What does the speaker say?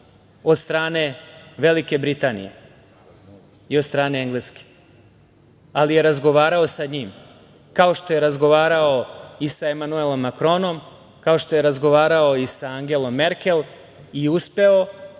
od strane Velike Britanije i od strane Engleske, ali je razgovarao sa njim, kao što je razgovarao i sa Emanuelom Makronom, kao što je razgovarao i sa Angelom Merkel. Uspeo